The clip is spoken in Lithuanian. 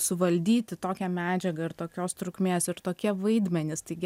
suvaldyti tokią medžiagą ir tokios trukmės ir tokie vaidmenys taigi